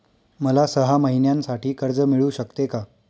मला सहा महिन्यांसाठी कर्ज मिळू शकते का?